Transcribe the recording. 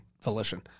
Volition